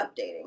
updating